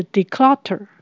Declutter 。